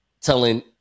telling